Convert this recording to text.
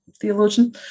theologian